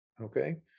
Okay